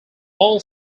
all